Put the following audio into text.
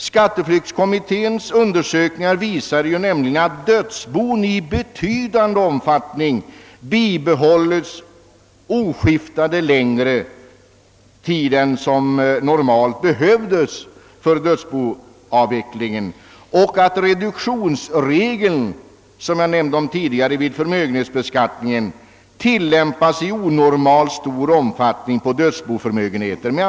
Skatteflyktskommitténs undersökningar visar nämligen att dödsbon i betydande omfattning bibehålls oskiftade längre tid än som normalt behövs för dödsboavvecklingen och att reduktionsregeln vid förmögenhetsbeskattningen tillämpas i onormalt stor omfattning på dödsboförmögenheter.